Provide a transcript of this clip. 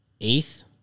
eighth